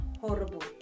horrible